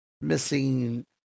missing